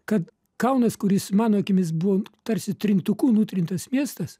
kad kaunas kuris mano akimis buvo tarsi trintuku nutrintas miestas